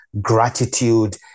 gratitude